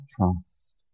trust